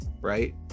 right